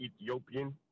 Ethiopian